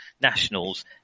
nationals